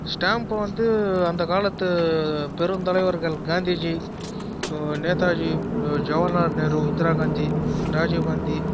stamp வந்து அந்த காலத்து பெருந்தலைவர்கள் காந்திஜி நேதாஜி ஜவஹர்லால் நேரு இந்திரா காந்தி ராஜிவ் காந்தி